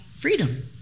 freedom